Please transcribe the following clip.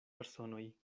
personoj